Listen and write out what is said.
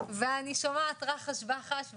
ואני שומעת רחש בחש,